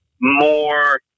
more